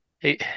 Hey